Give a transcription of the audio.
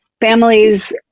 families